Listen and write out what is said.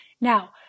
Now